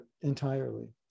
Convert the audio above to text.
entirely